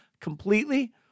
completely